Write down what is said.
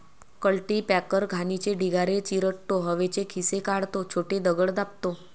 cultipacker घाणीचे ढिगारे चिरडतो, हवेचे खिसे काढतो, छोटे दगड दाबतो